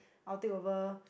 I'll take over